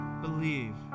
believe